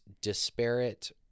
disparate